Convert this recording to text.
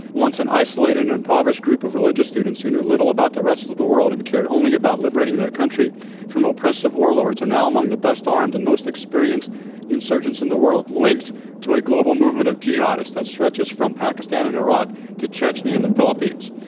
once an isolated and impoverished group of religious students who knew little about the rest of of the world and cared only about liberating their country from oppressive warlords are now among the best armed and most experienced insurgents in the world linked to a global movement of jihadists that stretches from pakistan and iraq to chechnya and the philippines.